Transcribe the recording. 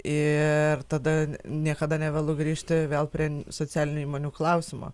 ir tada niekada nevėlu grįžti vėl prie socialinių įmonių klausimo